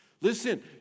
Listen